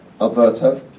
Alberto